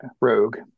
rogue